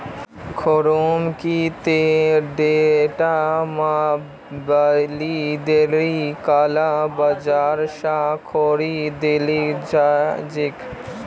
खुर्रम की ती ईटा मोबाइल दिल्लीर काला बाजार स खरीदिल छि